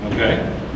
Okay